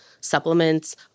supplements